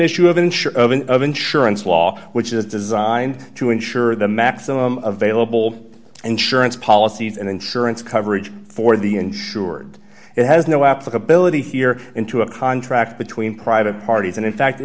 ensure of an insurance law which is designed to insure the maximum available insurance policies and insurance coverage for the insured it has no applicability here into a contract between private parties and in fact